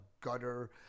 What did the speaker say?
gutter